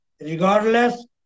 regardless